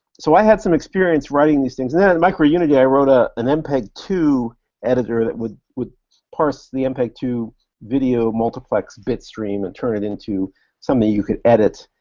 so i had some experience writing these things, and then at and microunity i wrote ah an mpeg two editor that would would parse the mpeg two video multiplex bitstream and turn it into something you could edit,